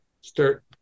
start